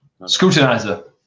Scrutinizer